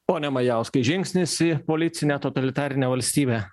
pone majauskai žingsnis į policinę totalitarinę valstybę